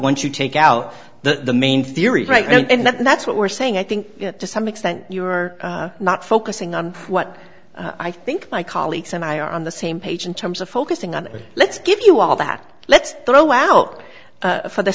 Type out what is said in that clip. once you take out the main theories right now and that's what we're saying i think to some extent you are not focusing on what i think my colleagues and i are on the same page in terms of focusing on let's give you all that let's throw out for the